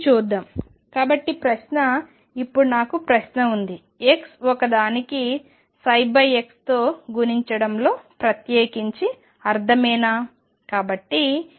అది చూద్దాం కాబట్టి ప్రశ్న ఇప్పుడు నాకు ప్రశ్న ఉంది x ఒకదానిని x తో గుణించడంలో ప్రత్యేకించి అర్ధమేనా